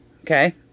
okay